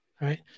right